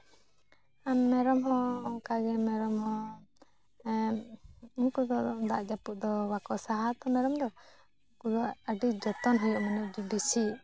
ᱟᱨ ᱢᱮᱨᱚᱢ ᱦᱚᱸ ᱚᱱᱠᱟ ᱜᱮ ᱢᱮᱨᱚᱢ ᱦᱚᱸ ᱩᱱᱠᱩ ᱫᱚ ᱫᱟᱜ ᱡᱟᱯᱩᱫ ᱫᱚ ᱵᱟᱠᱚ ᱥᱟᱦᱟᱣᱟ ᱛᱚ ᱢᱮᱨᱚᱢ ᱫᱚ ᱩᱱᱠᱩ ᱫᱚ ᱟᱹᱰᱤ ᱡᱚᱛᱚᱱ ᱦᱩᱭᱩᱜᱼᱟ ᱢᱟᱱᱮ ᱟᱹᱰᱤ ᱵᱮᱥᱤ